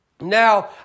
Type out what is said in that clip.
now